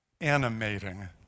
animating